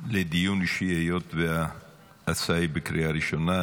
לדיון אישי היות שההצעה היא בקריאה ראשונה.